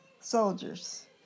soldiers